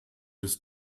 des